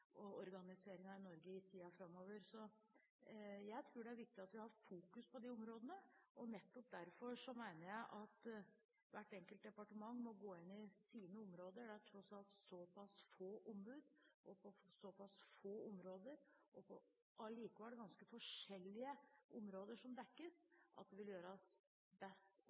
i Norge i tiden framover. Jeg tror det er viktig at vi har disse områdene i fokus. Nettopp derfor mener jeg at hvert enkelt departement må gå inn i sine områder. Det er tross alt såpass få ombud på såpass få, men allikevel ganske forskjellige områder som dekkes, at det vil gjøres best om